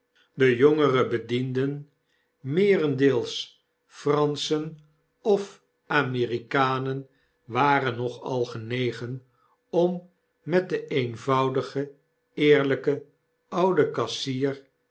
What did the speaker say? de jongere bedienden meerendeels pranschen of amerikanen waren nog al genegen om met den eenvoudigen eerlpen ouden kassier